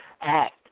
act